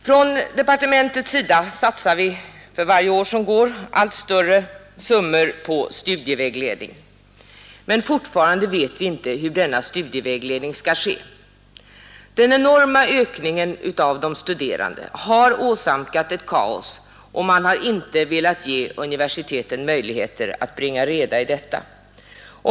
Via departementet satsar vi för varje år som går allt större belopp på studievägledning, men fortfarande vet vi inte hur denna studievägledning skall gå till. Den enorma ökningen av de studerande har orsakat ett kaos, och man har inte velat ge universiteten möjligheter att bringa reda i detta.